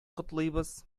котлыйбыз